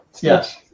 Yes